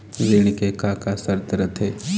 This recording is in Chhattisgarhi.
ऋण के का का शर्त रथे?